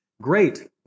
Great